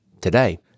today